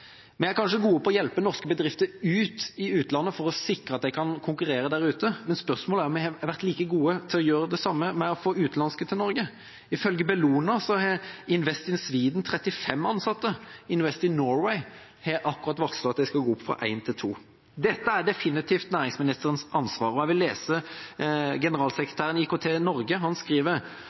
Vi er kanskje gode til å hjelpe norske bedrifter ut til utlandet for å sikre at de kan konkurrere, men spørsmålet er om vi har vært like gode til å gjøre det samme og få utenlandske til Norge. Ifølge Bellona har Invest in Sweden 35 ansatte, Invest in Norway har akkurat varslet at det skal gå opp fra én til to. Dette er definitivt næringsministerens ansvar, og jeg vil lese noe som generalsekretæren i IKT-Norge skriver: